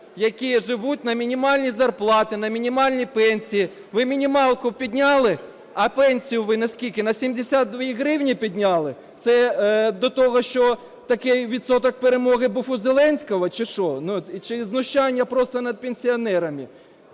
які живуть на мінімальні зарплати, на мінімальні пенсії. Ви мінімалку підняли, а пенсію ви на скільки – на 72 гривні підняли? Це до того, що такий відсоток перемоги був у Зеленського чи що, чи знущання просто над пенсіонерами?